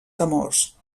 temors